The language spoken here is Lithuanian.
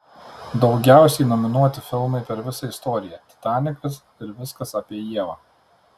daugiausiai nominuoti filmai per visą istoriją titanikas ir viskas apie ievą